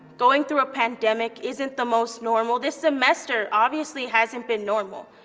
going through a pandemic isn't the most normal. this semester, obviously hasn't been normal.